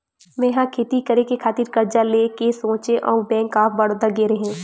मै ह खेती करे खातिर करजा लेय के सोचेंव अउ बेंक ऑफ बड़ौदा गेव रेहेव